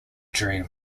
dream